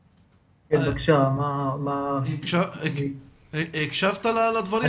זהבי, הקשבת לדברים?